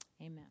Amen